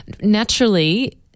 naturally